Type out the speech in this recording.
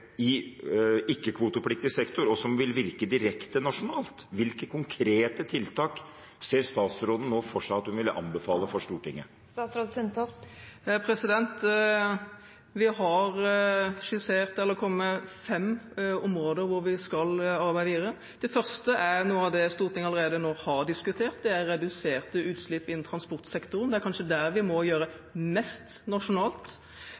i ikke-kvotepliktig sektor, og som vil virke direkte nasjonalt? Hvilke konkrete tiltak ser statsråden nå for seg at hun vil anbefale for Stortinget? Vi har skissert fem områder som vi skal arbeide videre med. Det første er noe av det Stortinget allerede nå har diskutert, reduserte utslipp innen transportsektoren. Det er kanskje der vi må gjøre mest nasjonalt,